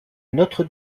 notre